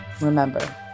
Remember